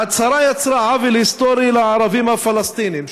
ההצהרה יצרה עוול היסטורי לערבים הפלסטינים,